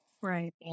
Right